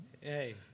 Hey